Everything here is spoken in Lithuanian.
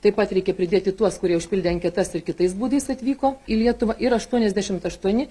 taip pat reikia pridėti tuos kurie užpildė anketas ir kitais būdais atvyko į lietuvą ir aštuoniasdešimt aštuoni